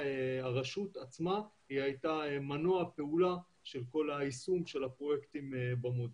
והרשות עצמה הייתה מנוע פעולה של כל היישום של הפרויקטים במודל.